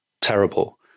terrible